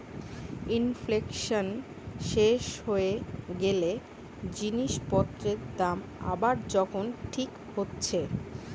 inflation শেষ হয়ে গ্যালে জিনিস পত্রের দাম আবার যখন ঠিক হচ্ছে